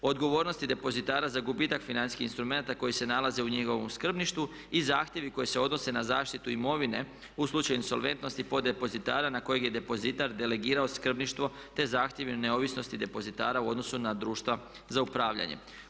Odgovornosti depozitara za gubitak financijskih instrumenata koji se nalaze u njegovom skrbništvu i zahtjevi koji se odnose na zaštitu imovine u slučaju insolventnosti poddepozitara na kojeg je depozitar delegirao skrbništvo, te zahtjevi neovisnosti depozitara u odnosu na društva za upravljanje.